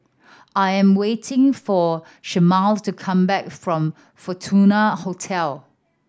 I am waiting for Shemar to come back from Fortuna Hotel